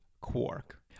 Quark